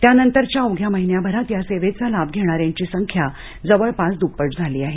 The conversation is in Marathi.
त्यानंतरच्या अवघ्या महिन्याभरात या सेवेचा लाभ घेणाऱ्यांची संख्या जवळपास दुप्पट झाली आहे